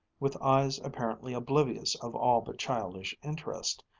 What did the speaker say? with eyes apparently oblivious of all but childish interests,